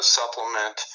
supplement